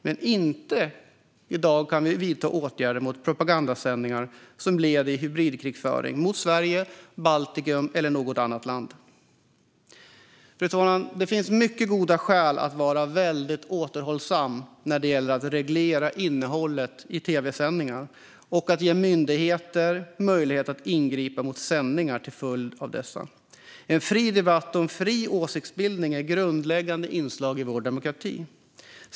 Men vi kan i dag inte vidta åtgärder mot propagandasändningar som ett led i hybridkrigföring mot Sverige, Baltikum eller något annat land. Fru talman! Det finns mycket goda skäl att vara väldigt återhållsam när det gäller att reglera innehållet i tv-sändningar och ge myndigheter möjlighet att ingripa mot sändningar till följd av innehållet i dessa. En fri debatt och fri åsiktsbildning är grundläggande inslag i vår demokrati.